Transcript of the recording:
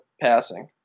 passing